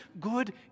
good